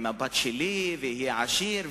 התחבורה והיא אמורה לשרת את כלל האזרחים.